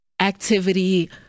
activity